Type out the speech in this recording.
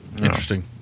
interesting